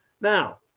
Now